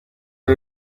aho